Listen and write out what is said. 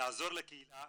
לעזור לקהילה